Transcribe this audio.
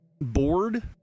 bored